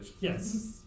Yes